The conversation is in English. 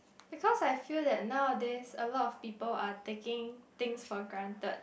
because I feel that nowadays a lot of people are taking things for granted